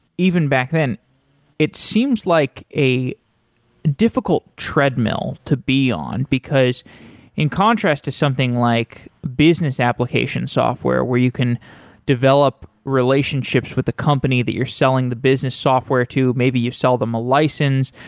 even back then it seems like a difficult treadmill to be on, because in contrast to something like business application software where you can develop relationships with the company that you're selling the business software to, maybe you sell them a license,